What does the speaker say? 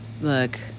Look